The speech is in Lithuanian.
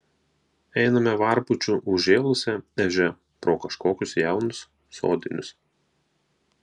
einame varpučiu užžėlusia ežia pro kažkokius jaunus sodinius